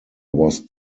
was